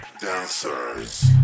dancers